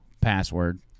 password